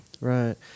Right